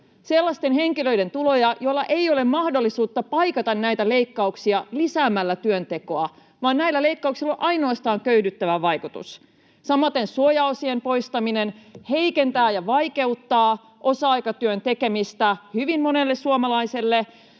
sellaisten henkilöiden tuloja, joilla ei ole mahdollisuutta paikata näitä leikkauksia lisäämällä työntekoa vaan joille näillä leikkauksilla on ainoastaan köyhdyttävä vaikutus. Samaten suojaosien poistaminen heikentää ja vaikeuttaa osa-aikatyön tekemistä hyvin monelle suomalaiselle,